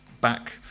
back